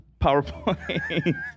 PowerPoint